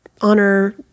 honor